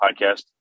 Podcast